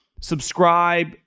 subscribe